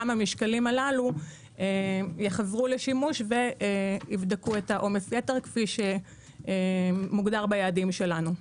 גם המשקלים הללו יחזרו לשימוש ויבדקו עומס יתר כפי שמוגדר ביעדים שלנו.